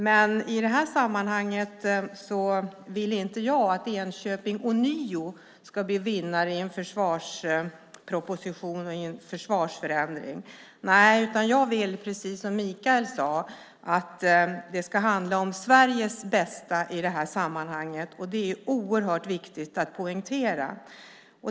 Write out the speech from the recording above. Men i det här sammanhanget vill inte jag att Enköping ånyo ska bli vinnare i en försvarsproposition och en försvarsförändring. Jag vill, precis som Mikael sade, att det ska handla om Sveriges bästa i det här sammanhanget. Det är oerhört viktigt att poängtera.